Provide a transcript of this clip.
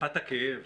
הכאב